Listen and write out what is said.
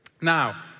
Now